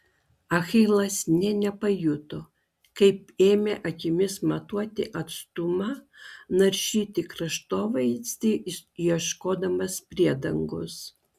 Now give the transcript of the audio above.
achilas nė nepajuto kaip ėmė akimis matuoti atstumą naršyti kraštovaizdį ieškodamas priedangos